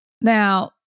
Now